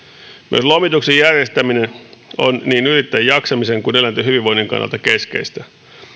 myös lomituksen järjestäminen on niin yrittäjän jaksamisen kuin eläinten hyvinvoinnin kannalta keskeistä